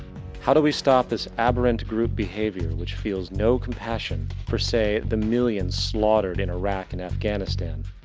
how do we stop this aberrant group behavior, which feels no compassion for say, the millions slaughtered in iraq and afghanistan,